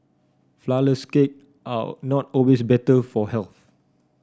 flourless cake are not always better for health